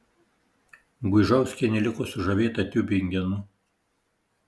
guižauskienė liko sužavėta tiubingenu